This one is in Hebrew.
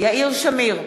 יאיר שמיר,